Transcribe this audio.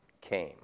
came